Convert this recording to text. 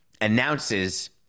announces